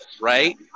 right